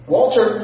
Walter